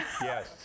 yes